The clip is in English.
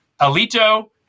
alito